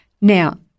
now